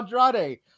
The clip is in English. Andrade